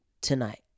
tonight